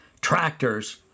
tractors